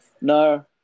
no